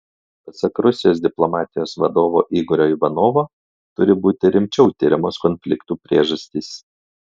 pasak rusijos diplomatijos vadovo igorio ivanovo turi būti rimčiau tiriamos konfliktų priežastys